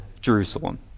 Jerusalem